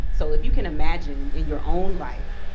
so if you can imagine, in your own life,